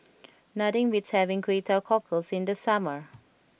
nothing beats having Kway Teow Cockles in the summer